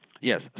Yes